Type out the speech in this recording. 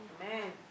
Amen